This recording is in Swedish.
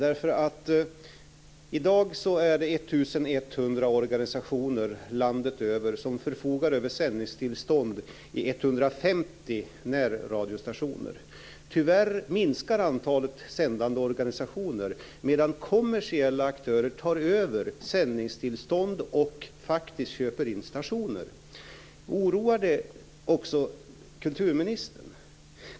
I dag är det 1 100 organisationer landet över som förfogar över sändningstillstånd i 150 närradiostationer. Tyvärr minskar antalet sändande organisationer, medan kommersiella aktörer tar över sändningstillstånd och faktiskt köper in stationer. Oroar det också kulturministern?